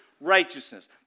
righteousness